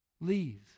Leave